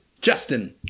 Justin